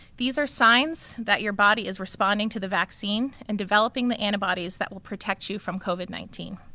these are signs that your body is responding to the vaccine and developing the antibodies that will protect you from covid nineteen.